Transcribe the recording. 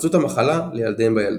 והתפרצות המחלה לילדיהם בילדות.